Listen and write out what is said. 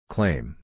Claim